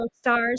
stars